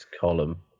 column